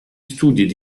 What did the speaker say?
studi